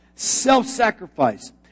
self-sacrifice